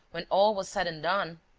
when all was said and done,